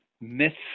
myths